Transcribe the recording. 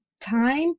time